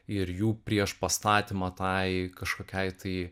ir jų prieš pastatymą tai kažkokiai tai